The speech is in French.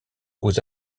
aux